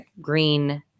green